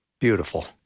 Beautiful